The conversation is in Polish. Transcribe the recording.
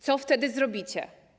Co wtedy zrobicie?